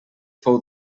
fou